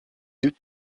deux